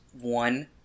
one